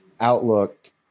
Outlook